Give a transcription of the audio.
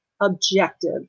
objective